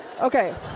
Okay